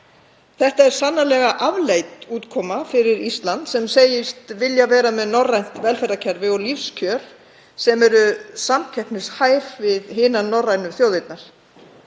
Þetta er sannarlega afleit útkoma fyrir Ísland sem segist vilja vera með norrænt velferðarkerfi og lífskjör sem séu samkeppnishæf við hinar norrænu þjóðirnar.